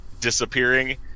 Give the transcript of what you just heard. disappearing